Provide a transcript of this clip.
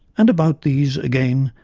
and about these, again,